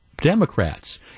Democrats